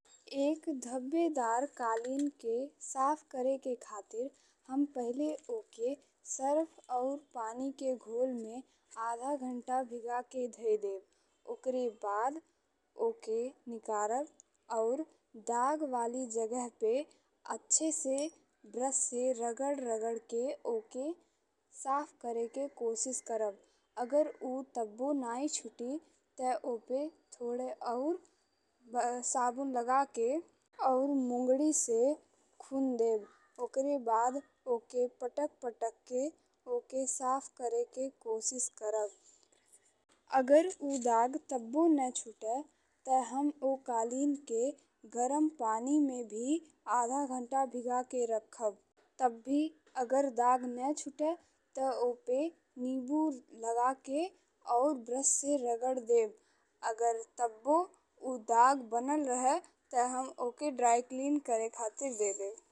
एक धब्बेदार कालीन के साफ करे के खातिर हम पहिले ओके सर्फ और पानी के घोल में आधा घंटा भिगा के धई देब। ओकरे बाद ओके निकालब और दाग वाली जगह पे अच्छे से ब्रश से रगड़ रगड़ के ओके साफ करेके कोशिश करब। अगर ऊ तब्बो नाहीं छूटी तऽ ओपे थोड़े और साबुन लगा के और मुअदि से खून देब। ओकरे बाद ओके पटक पटक के ओके साफ करेके कोशिश करब अगर ऊ दाग तब्बो ने छुटे तऽ हम ओ कालीन के गरम पानी में भी आधा घंटा भिगा के रखब। तब भी अगर दाग ने छुटे तऽ ओपे नीबू लगा के और ब्रश से रगड़ देब। अगर तब्बो ऊ दाग बनल रहे तऽ हम ओके ड्राइक्लीन करे खातिर दे देब।